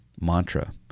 mantra